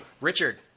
Richard